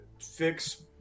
fix